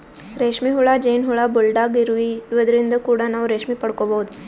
ರೇಶ್ಮಿ ಹುಳ, ಜೇನ್ ಹುಳ, ಬುಲ್ಡಾಗ್ ಇರುವಿ ಇವದ್ರಿನ್ದ್ ಕೂಡ ನಾವ್ ರೇಶ್ಮಿ ಪಡ್ಕೊಬಹುದ್